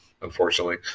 unfortunately